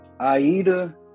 Aida